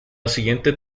siguiente